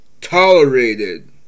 tolerated